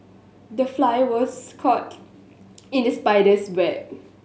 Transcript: the fly was caught in the spider's web